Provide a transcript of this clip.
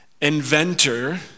inventor